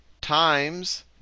times